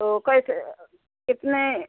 तो कैसे कितने